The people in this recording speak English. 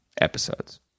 episodes